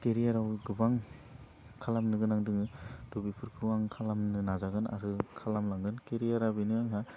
केरियाराव गोबां खालामनो गोनां दोङो थह बेफोरखौ आं खालामनो नाजागोन आरो खालामलांगोन खेरियारआ बेनो आंना